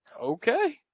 Okay